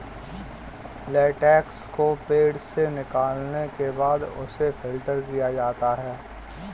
latex को पेड़ से निकालने के बाद उसे फ़िल्टर किया जाता है